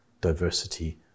diversity